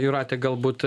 jūrate galbūt